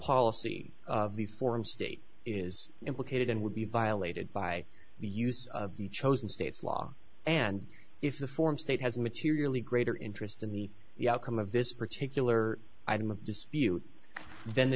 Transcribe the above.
policy of the form state is implicated in would be violated by the use of the chosen state's law and if the form state has materially greater interest in the the outcome of this particular item of dispute then the